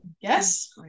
Yes